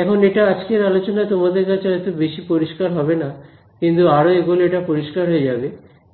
এখন এটা আজকের আলোচনায় তোমাদের কাছে হয়তো বেশি পরিষ্কার হবে না কিন্তু আরো এগোলে এটা পরিষ্কার হয়ে যাবে